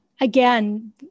again